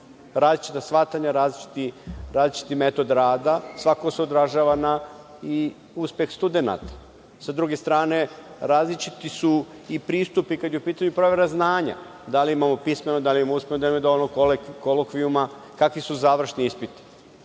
Različita shvatanja, različiti metod rada svakako se odražava na uspeh studenata. Sa druge strane, različiti su pristupi kada je u pitanju provera znanja, da li imamo pismeno, da li imamo usmeno, da li imamo dovoljno kolokvijuma, kakvi su završni ispiti.